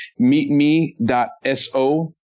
meetme.so